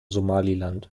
somaliland